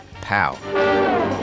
POW